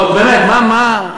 בוא, באמת, מה, מה.